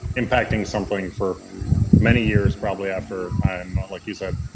impacting something for many years probably after and like you said,